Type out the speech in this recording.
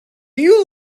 you